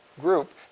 group